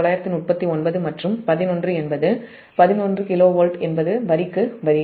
939 மற்றும் 11 kV என்பது வரிக்கு வரி